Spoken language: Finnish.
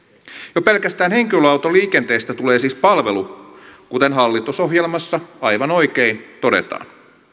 jo pelkästään henkilöautoliikenteestä tulee siis palvelu kuten hallitusohjelmassa aivan oikein todetaan